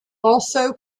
also